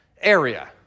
area